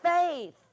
faith